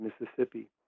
Mississippi